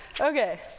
okay